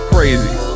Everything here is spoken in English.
Crazy